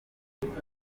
kurya